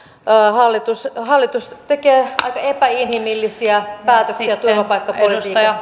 hallitus hallitus tekee aika epäinhimillisiä päätöksiä turvapaikkapolitiikassa ja